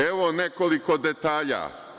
Evo, nekoliko detalja.